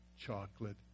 chocolate